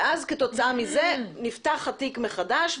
ואז כתוצאה מזה נפתח התיק מחדש,